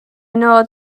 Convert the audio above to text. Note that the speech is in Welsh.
nod